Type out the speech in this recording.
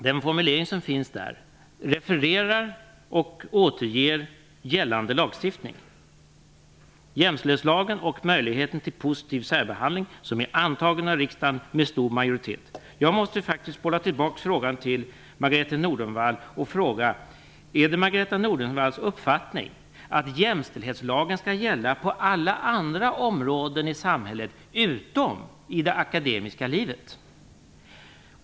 Den formulering som finns i propositionen refererar och återger gällande lagstiftning, jämställdhetslagen och möjligheten till positiv särbehandling som är antagen av riksdagen med stor majoritet. Jag måste faktiskt bolla tillbaka frågan till Margareta Nordenvall och fråga: Är det Margareta Nordenvalls uppfattning att jämställdhetslagen skall gälla på alla andra områden i samhället utom i det akademiska livet?